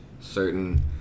certain